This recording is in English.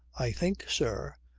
i think, sir,